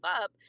up